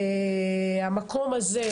המקום הזה,